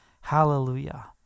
Hallelujah